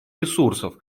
ресурсов